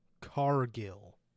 Cargill